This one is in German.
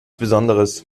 besonderes